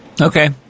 Okay